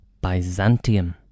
Byzantium